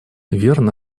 верно